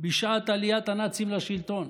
בשעת עליית הנאצים לשלטון.